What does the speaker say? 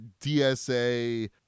dsa